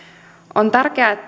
on tärkeää